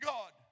God